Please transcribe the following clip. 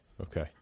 Okay